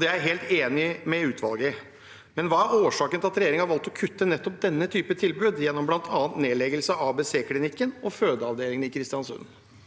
Det er jeg helt enig med utvalget i. Hva er årsaken til at regjeringen har valgt å kutte nettopp i denne typen tilbud, gjennom blant annet nedleggelse av ABC-klinikken og fødeavdelingen i Kristiansund?»